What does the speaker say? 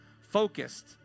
focused